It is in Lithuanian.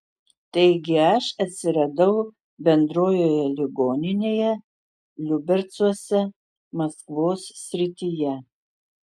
taigi aš atsiradau bendrojoje ligoninėje liubercuose maskvos srityje